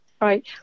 Right